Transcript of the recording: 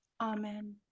Amen